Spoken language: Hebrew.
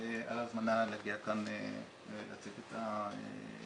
על ההזמנה להגיע לכאן ולהציג את הדוח.